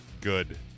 good